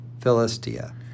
Philistia